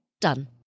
Done